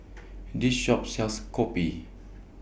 This Shop sells Kopi